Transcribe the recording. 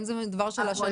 האם זה דבר של השנים.